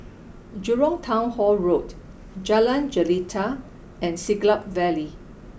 Jurong Town Hall Road Jalan Jelita and Siglap Valley